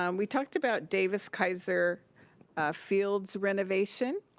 um we talked about davis kaiser field's renovation,